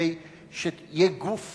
כדי שיהיה גוף